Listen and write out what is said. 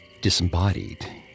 disembodied